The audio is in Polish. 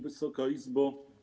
Wysoka Izbo!